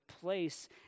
place